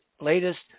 latest